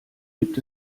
gibt